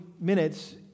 minutes